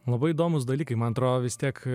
labai įdomūs dalykai man atro vis tiek